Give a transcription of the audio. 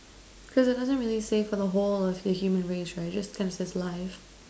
because it doesn't really say for the whole of the human race right it just kind of says life